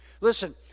Listen